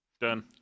Done